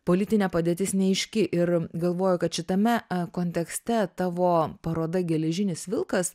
politinė padėtis neaiški ir galvoju kad šitame kontekste tavo paroda geležinis vilkas